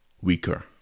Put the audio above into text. weaker